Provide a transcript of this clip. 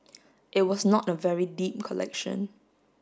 it was not a very deep collection